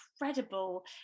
incredible